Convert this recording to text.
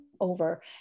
over